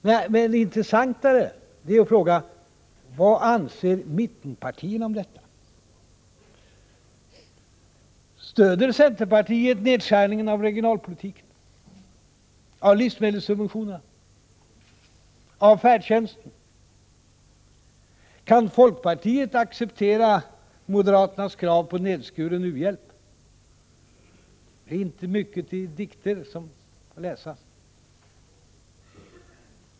Jag har aldrig hört på maken! En intressantare fråga är: Vad anser mittenpartierna om detta. Stöder centerpartiet nedskärningen av regionalpolitiken, av livsmedelssubventionerna, av färdtjänsten? Kan folkpartiet acceptera moderaternas krav på nedskuren u-hjälp? Det hjälper i så fall inte mycket att dikter läses.